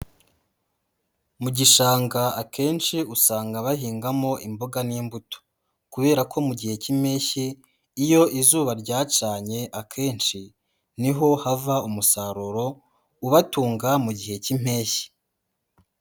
Mu gishanga akenshi usanga bahingamo imboga n'imbuto, kubera ko mu gihe cy'impeshyi iyo izuba ryacanye akenshi, niho hava umusaruro ubatunga mu gihe cy'impeshyi.